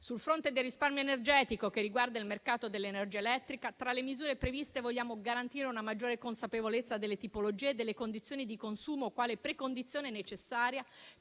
Sul fronte del risparmio energetico, che riguarda il mercato dell'energia elettrica, tra le misure previste vogliamo garantire una maggiore consapevolezza delle tipologie e delle condizioni di consumo quale precondizione necessaria